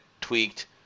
tweaked